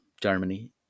Germany